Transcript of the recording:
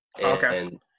okay